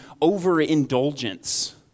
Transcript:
overindulgence